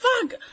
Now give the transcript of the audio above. fuck